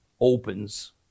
opens